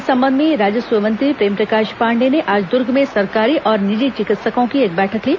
इस संबंध में राजस्व मंत्री प्रेमप्रकाश पांडेय ने आज दूर्ग में सरकारी और निजी चिकित्सकों की एक बैठक ली